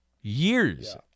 Years